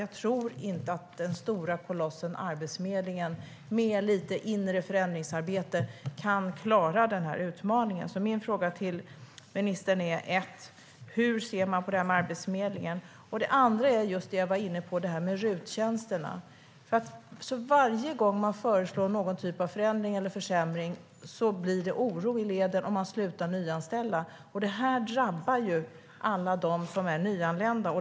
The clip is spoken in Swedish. Jag tror inte att den stora kolossen Arbetsförmedlingen med lite inre förändringsarbete kan klara den utmaning som finns. Min första fråga till ministern är hur hon ser på Arbetsförmedlingen. Min andra fråga gäller det som jag var inne på tidigare, RUT-tjänsterna. Varje gång det föreslås någon typ av förändring eller försämring blir det oro i leden och företagen slutar nyanställa. Det drabbar alla dem som är nyanlända.